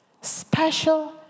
special